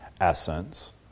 essence